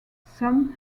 some